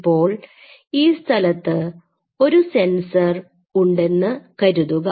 ഇപ്പോൾ ഈ സ്ഥലത്ത് ഒരു സെൻസർ ഉണ്ടെന്നു കരുതുക